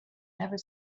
never